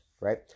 right